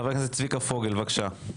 חבר הכנסת צביקה פוגל, בבקשה.